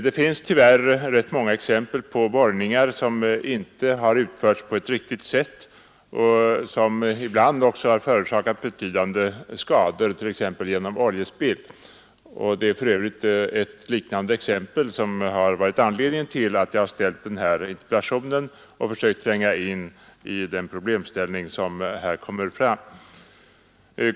Det finns tyvärr rätt många exempel på borrningar som inte har utförts på ett riktigt sätt och som ibland också har förorsakat betydande skador, t.ex. genom oljespill. Det är för övrigt ett sådant exempel som har varit anledning till att jag ställt den här interpellationen och försökt tränga in i problemställningen.